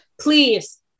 Please